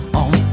on